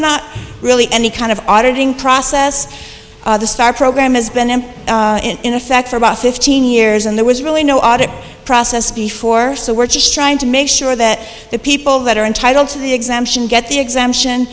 not really any kind of auditing process the program has been in in effect for about fifteen years and there was really no audit process before so we're just trying to make sure that the people that are entitled to the exemption get the exemption